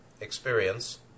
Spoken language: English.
experience